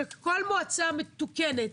שכל מועצה מתוקנת